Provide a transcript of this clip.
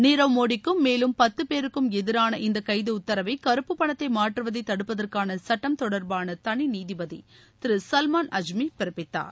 நிரவ் மோடிக்கும் மேலும் பத்து பேருக்கும் எதிரான இந்த கைது உத்தரவை கருப்பு பணத்தை மாற்றுவதை தடுப்பதற்கான சட்டம் தொடர்பான தனி நீதிபதி திரு சல்மான் அஜ்மி பிறப்பித்தார்